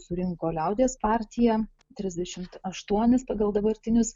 surinko liaudies partija trisdešimt aštuonis pagal dabartinius